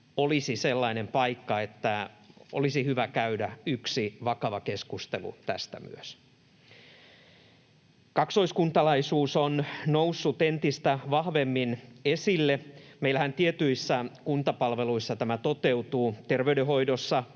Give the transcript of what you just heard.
olisi sellainen paikka, että olisi hyvä käydä yksi vakava keskustelu myös tästä. Kaksoiskuntalaisuus on noussut entistä vahvemmin esille. Meillähän tietyissä kuntapalveluissa tämä toteutuu: terveydenhoidossa